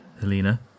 Helena